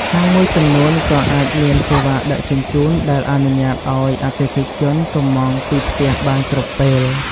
ហាងមួយចំនួនក៏អាចមាន សេវាដឹកជញ្ជូនដែលអនុញ្ញាតឲ្យអតិថិជនកម្ម៉ង់ពីផ្ទះបានគ្រប់ពេល។